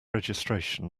registration